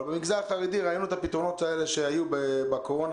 אבל במגזר החרדי ראינו את הפתרונות האלה שהיו בקורונה,